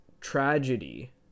tragedy